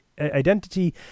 identity